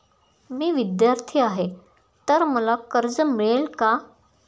मी विद्यार्थी आहे तर मला कर्ज मिळेल का?